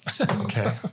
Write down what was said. Okay